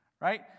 Right